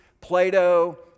Plato